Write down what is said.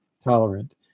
tolerant